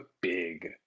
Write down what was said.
big